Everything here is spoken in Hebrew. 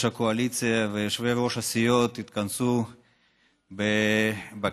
הקואליציה ויושבי-ראש הסיעות התכנסו בקיץ,